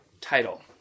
title